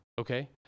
okay